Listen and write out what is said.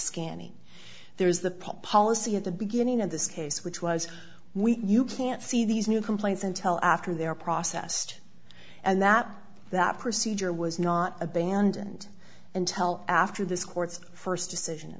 scanning there's the pub policy at the beginning of this case which was we you can't see these new complaints until after they are processed and that that procedure was not abandoned and tell after this court's first decision in